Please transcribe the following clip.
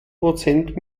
prozent